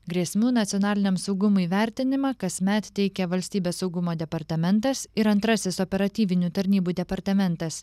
grėsmių nacionaliniam saugumui vertinimą kasmet teikia valstybės saugumo departamentas ir antrasis operatyvinių tarnybų departamentas